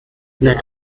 that